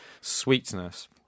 sweetness